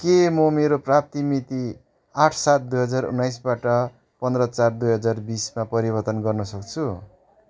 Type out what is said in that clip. के म मेरो प्राप्ति मिति आठ सात दुई हजार उन्नाइसबाट पन्ध्र चार दुई हजार बिसमा परिवर्तन गर्न सक्छु